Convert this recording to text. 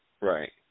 Right